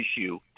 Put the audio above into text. issue